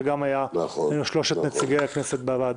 שגם היה בין שלושת נציגי הכנסת בוועדה.